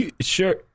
Sure